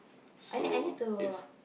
I need I need to